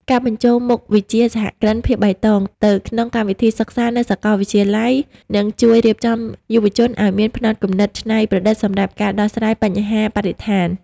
ការបញ្ចូលមុខវិជ្ជា "សហគ្រិនភាពបៃតង" ទៅក្នុងកម្មវិធីសិក្សានៅសកលវិទ្យាល័យ នឹងជួយរៀបចំយុវជនឱ្យមានផ្នត់គំនិតច្នៃប្រឌិតសម្រាប់ការដោះស្រាយបញ្ហាបរិស្ថាន។